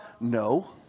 No